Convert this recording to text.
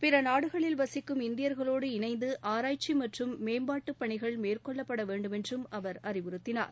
பிற நாடுகளில் வசிக்கும் இந்தியர்களோடு இணைந்து ஆராய்ச்சி மற்றும் மேம்பாட்டுப் பணிகள் மேற்கொள்ளப்பட வேண்டுமென்றும் அவர் அறிவுறுத்தினார்